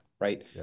right